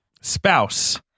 Spouse